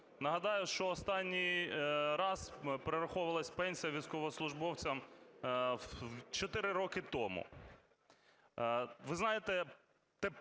Нагадаю, що останній раз перераховувалась пенсія військовослужбовцям чотири роки тому. Ви знаєте,